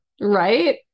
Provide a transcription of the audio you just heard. Right